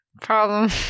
problem